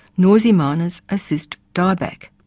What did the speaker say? noisy miners assist dieback.